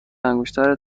انگشتر